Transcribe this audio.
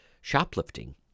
shoplifting